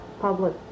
public